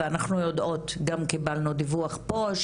ואנחנו יודעות גם קיבלנו דיווח פה,